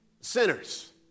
Sinners